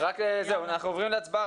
אנחנו עוברים להצבעה,